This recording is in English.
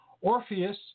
Orpheus